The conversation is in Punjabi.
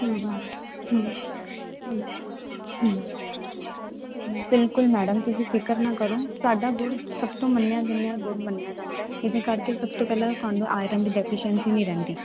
ਹਾਂ ਬਿਲਕੁਲ ਮੈਡਮ ਤੁਸੀਂ ਫਿਕਰ ਨਾ ਕਰੋ ਸਾਡਾ ਗੁੜ ਸਭ ਤੋਂ ਮੰਨਿਆ ਤੰਨਿਆ ਗੁੜ ਮੰਨਿਆ ਜਾਂਦਾ ਇਹਦੇ ਕਰਕੇ ਸਭ ਤੋਂ ਪਹਿਲਾਂ ਤੁਹਾਨੂੰ ਆਇਰਨ ਦੀ ਡੈਫੀਸ਼ੈਸੀ ਨਹੀਂ ਰਹਿੰਦੀ